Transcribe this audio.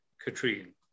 Katrine